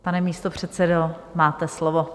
Pane místopředsedo, máte slovo.